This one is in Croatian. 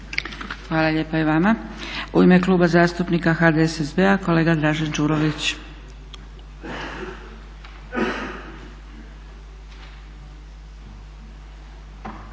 Hvala lijepa i vama. U ime Kluba zastupnika HDSSB-a kolega Dražen Đurović.